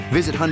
Visit